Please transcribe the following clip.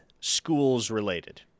schools-related